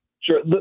Sure